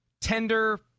tender